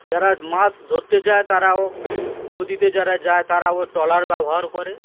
যারা মাছ ধরতে যায় তারাও নদীতে যারা যায় তারাও ট্রলার ব্যবহার করে